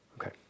Okay